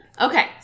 Okay